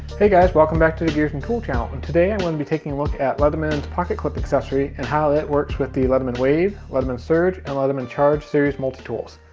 hey guys, welcome back to the gears and tool channel and today i'm gonna be taking a look at leatherman's pocket clip accessory and how it works with the leatherman wave, leatherman surge, and leatherman charge series multi-tools.